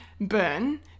Burn